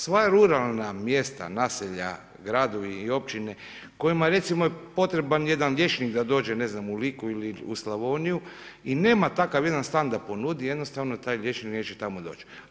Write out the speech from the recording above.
Sva ruralna mjesta, naselja, gradovi i općine kojima je recimo potreban jedan liječnik da dođe ne znam u Liku ili u Slavoniju i nema takav jedan stan da ponudi, jednostavno ta liječnik neće tamo doći.